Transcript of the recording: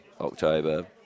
October